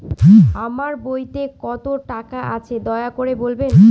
আমার বইতে কত টাকা আছে দয়া করে বলবেন?